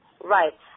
Right